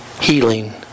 Healing